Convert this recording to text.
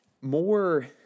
more